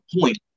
point